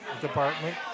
department